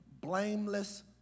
blameless